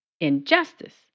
injustice